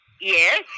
Yes